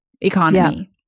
economy